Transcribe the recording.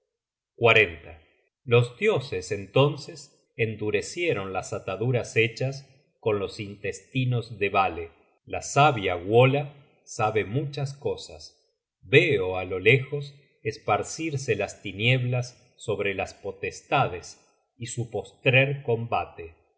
los dioses entonces endurecieron las ataduras hechas con los intestinos de vale la sabia wola sabe muchas cosas veo á lo lejos esparcirse las tinieblas sobre las potestades y su postrer combate